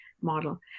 model